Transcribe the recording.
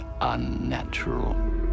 unnatural